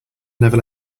never